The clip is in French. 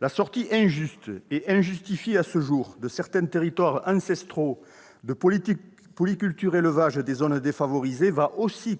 La sortie injuste et injustifiée à ce jour de certains territoires ancestraux de polyculture-élevage des zones défavorisées